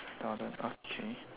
garden okay